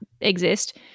exist